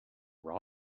throw